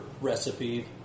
recipe